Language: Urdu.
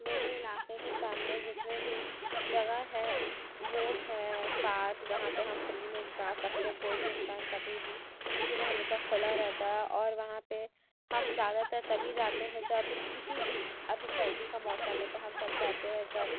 میرے علاقے کے سامنے جتنے بھی جگہ ہے وہ ہے پارک جہاں پہ ہم فری میں جا سکتے کوئی بھی انسان کبھی بھی کیونکہ وہ ہمیشہ کھلا رہتا ہے اور وہاں پہ ہم زیادہ تر تبھی جاتے ہیں جب کیونکہ اس ابھی سردی کا موسم ہے تو ہم تب جاتے ہیں جب